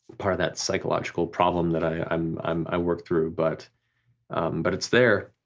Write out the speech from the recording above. part of that psychological problem that i um um i work through, but but it's there.